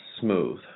smooth